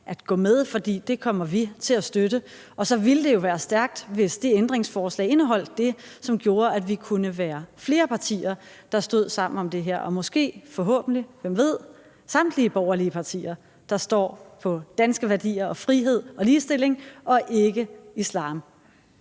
at gå med, for det kommer vi til at støtte. Og så ville det jo være stærkt, hvis det ændringsforslag indeholdt det, som gjorde, at vi kunne være flere partier, der stod sammen om det her – og måske, forhåbentlig, hvem ved, samtlige borgerlige partier, der står for danske værdier, frihed og ligestilling og ikke islam.